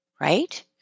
right